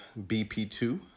BP2